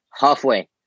halfway